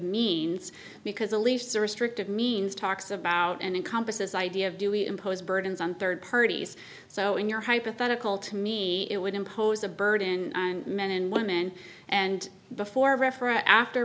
means because the leafs are restrictive means talks about and encompasses idea of do we impose burdens on third parties so in your hypothetical to me it would impose a burden on men and women and before referent after